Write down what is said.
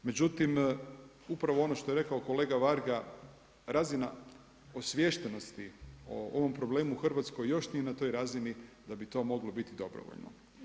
Međutim, upravo ono što je rekao kolega Varga, razina osviještenosti o ovom problemu u Hrvatskoj još nije na toj razini da bi to moglo biti dobrovoljno.